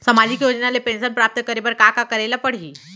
सामाजिक योजना ले पेंशन प्राप्त करे बर का का करे ल पड़ही?